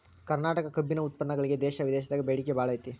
ಕರ್ನಾಟಕ ಕಬ್ಬಿನ ಉತ್ಪನ್ನಗಳಿಗೆ ದೇಶ ವಿದೇಶದಾಗ ಬೇಡಿಕೆ ಬಾಳೈತಿ